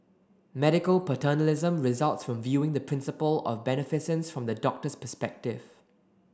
medical paternalism results from viewing the principle of beneficence from the doctor's perspective